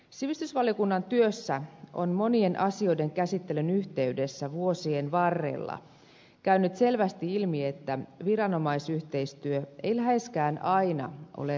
sivistysvaliokunnan työssä on monien asioiden käsittelyn yhteydessä vuosien varrella käynyt selvästi ilmi että viranomaisyhteistyö ei läheskään aina ole riittävä